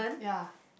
ya